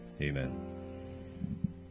Amen